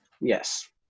Yes